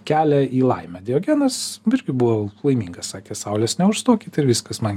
kelią į laimę diogenas irgi buvo laimingas sakė saulės neužstokit ir viskas man